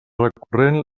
recurrent